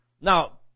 Now